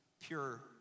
pure